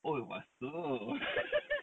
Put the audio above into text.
oh masuk